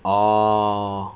oh